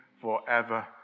forever